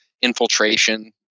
infiltration